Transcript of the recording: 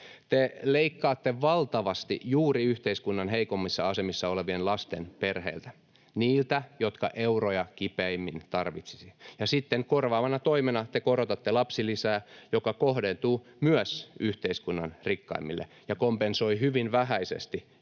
Te leikkaatte valtavasti juuri yhteiskunnan heikoimmissa asemissa olevien lasten perheiltä, niiltä, jotka euroja kipeimmin tarvitsisivat, ja sitten korvaavana toimena te korotatte lapsilisää, joka kohdentuu myös yhteiskunnan rikkaimmille ja kompensoi hyvin vähäisesti juuri